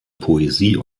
poesie